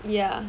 ya